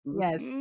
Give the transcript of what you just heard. Yes